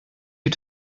you